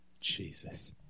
Jesus